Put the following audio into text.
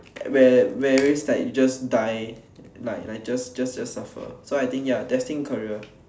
where whereas like you just die like like you just just suffer so I think ya destined career